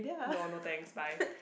no no thanks bye